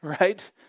right